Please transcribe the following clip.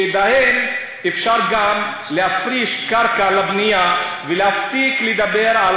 שבהם אפשר גם להפריש קרקע לבנייה ולהפסיק לדבר על